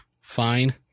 fine